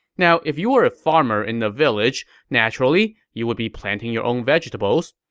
now, if you were a farmer in a village, naturally you would be planting your own vegetables.